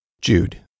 Jude